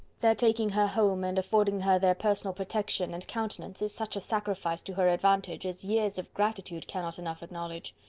their taking her home, and affording her their personal protection and countenance, is such a sacrifice to her advantage as years of gratitude cannot enough acknowledge.